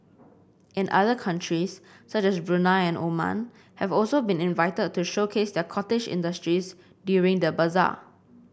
and other countries such as Brunei and Oman have also been invited to showcase their cottage industries during the bazaar